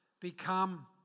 become